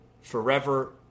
forever